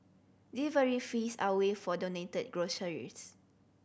delivery fees are waived for donated groceries